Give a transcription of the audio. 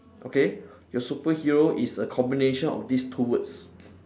okay your superhero is a combination of this two words